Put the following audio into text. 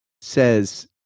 says